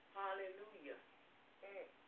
hallelujah